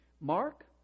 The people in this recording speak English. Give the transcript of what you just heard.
Mark